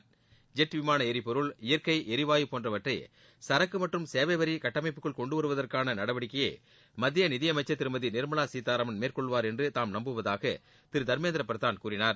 பணிகள் ஜெட் விமான எரிபொருள் இயற்கை எரிவாயு போன்றவற்றை சரக்கு மற்றும் சேவை வரி கட்டமைப்புக்குள் கொண்டு வருவதற்கான நடவடிக்கையை மத்திய நிதியளமச்சர் திருமதி நிர்மவா சீத்தாராமன் மேற்கொள்வார் என்று தாம் நம்புவதாக திரு தர்மேந்திர பிரதான் கூறினார்